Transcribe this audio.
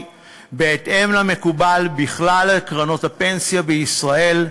בהתאם למקובל בכלל קרנות הפנסיה בישראל,